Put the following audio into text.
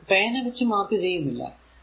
ഞാൻ ഇത് പേന വച്ച് മാർക്ക് ചെയ്യുന്നില്ല